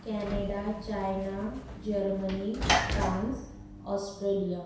Canada China Germany France Australia